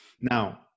Now